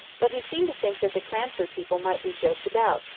but he seemed to think that the cranford people might be joked about,